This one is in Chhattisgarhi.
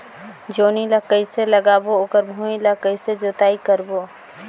जोणी ला कइसे लगाबो ओकर भुईं ला कइसे जोताई करबो?